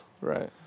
right